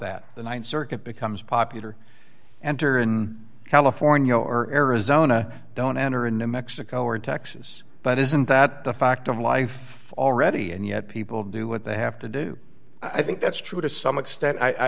that the th circuit becomes popular enter in california or arizona don't enter in new mexico or texas but isn't that the fact of life already and yet people do what they have to do i think that's true to some extent i